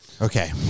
Okay